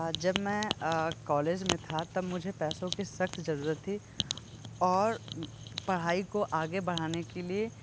हाँ जब में कॉलेज में था तब मुझे पैसों की सख्त ज़रूरत थी और पढ़ाई को आगे बढ़ाने के लिए